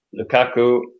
Lukaku